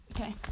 okay